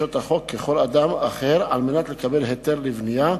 דרישות החוק ככל אדם אחר על מנת לקבל היתר לבנייה.